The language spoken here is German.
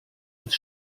ins